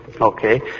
Okay